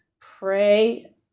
pray